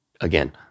again